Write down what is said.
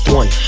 one